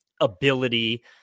ability